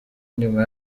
nyuma